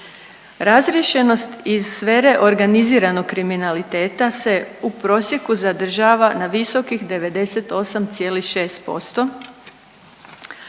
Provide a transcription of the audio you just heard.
Razriješenost iz sfere organiziranog kriminaliteta se u prosjeku zadržava na visokih 98,6%,